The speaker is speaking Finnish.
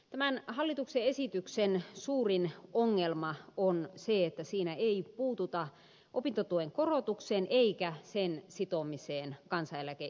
tämän hallituksen esityksen suurin ongelma on se että siinä ei puututa opintotuen korotukseen eikä sen sitomiseen kansaneläkeindeksiin